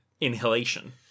inhalation